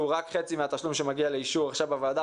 רק חצי מהתשלום שמגיע לאישור עכשיו בוועדה,